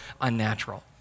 unnatural